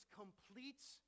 completes